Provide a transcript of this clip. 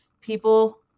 people